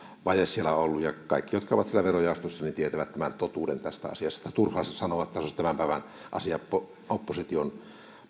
vaje on siellä ollut ja kaikki jotka ovat verojaostossa tietävät totuuden tästä asiasta turhaa sanoa että se olisi tämän päivän asia ja opposition